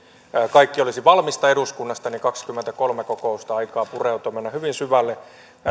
kaikki olisi valmista eduskunnasta niin kaksikymmentäkolme kokousta on aikaa pureutua ja mennä hyvin syvälle